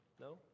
No